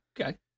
okay